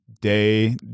day